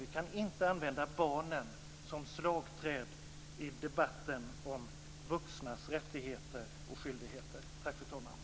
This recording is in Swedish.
Vi kan inte använda barnen som slagträn i debatten om vuxnas rättigheter och skyldigheter. Tack, fru talman!